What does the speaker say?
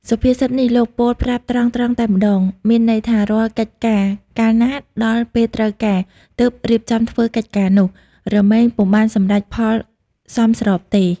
សុភាសិននេះលោកពោលប្រាប់ត្រង់ៗតែម្ដងមានន័យថារាល់កិច្ចការ កាលណាដល់ពេលត្រូវការ ទើបរៀបចំធ្វើកិច្ចការនោះ រមែងពុំបានសម្រេចផលសមស្របទេ ។